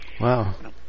Wow